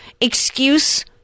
excuse